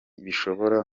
bishobora